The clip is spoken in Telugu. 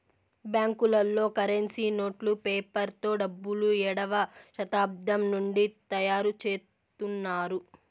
బ్యాంకులలో కరెన్సీ నోట్లు పేపర్ తో డబ్బులు ఏడవ శతాబ్దం నుండి తయారుచేత్తున్నారు